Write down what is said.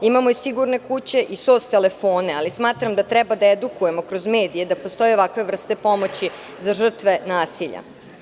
Imamo i sigurne kuće i SOS telefone, ali smatram da treba da edukujemo kroz medije da postoje ovakve vrste pomoći za žrtve nasilja.